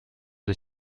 des